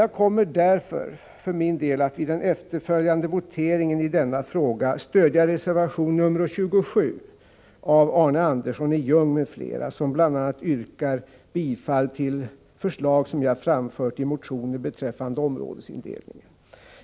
Jag kommer därför för min del att vid den följande voteringen i denna fråga stödja reservation nr 27 av Arne Andersson i Ljung m.fl., som bl.a. yrkar bifall till förslag som jag framfört i motioner beträffande områdesindelningen.